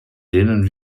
denen